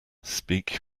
speak